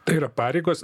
tai yra pareigos